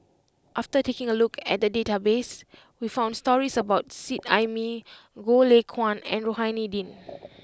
after taking a look at the database we found stories about Seet Ai Mee Goh Lay Kuan and Rohani Din